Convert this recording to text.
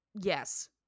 Yes